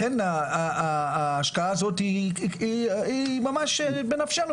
לכן ההשקעה הזאת היא ממש בנפשנו.